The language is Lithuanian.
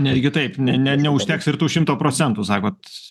netgi taip ne ne neužteks ir tų šimto procentų sakot